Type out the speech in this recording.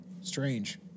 strange